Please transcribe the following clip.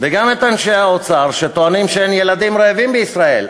ואת אנשי האוצר שטוענים שאין ילדים רעבים בישראל,